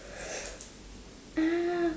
ah